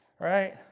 right